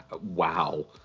wow